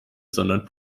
sondern